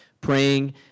praying